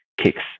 kicks